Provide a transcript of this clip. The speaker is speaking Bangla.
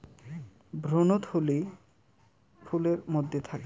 ভ্রূণথলি ফুলের মধ্যে থাকে